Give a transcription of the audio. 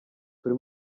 turi